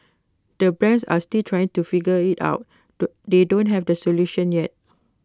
the brands are still try to figure IT out do they don't have the solution yet